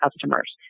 customers